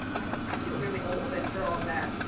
i feel really old after all that.